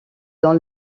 dans